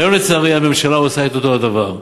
והיום, לצערי, הממשלה עושה את אותו הדבר.